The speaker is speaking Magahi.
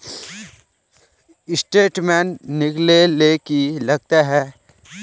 स्टेटमेंट निकले ले की लगते है?